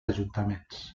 ajuntaments